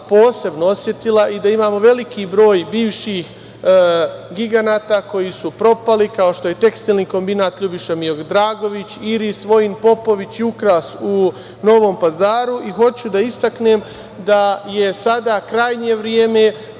posebno osetila i da imamo veliki broj bivših giganata koji su propali, kao što je tekstilni kombinat „Ljubiša Miodragović“, „Vojin Popović“ u Novom Pazaru, i hoću da istaknem da je sada krajnje vreme